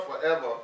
forever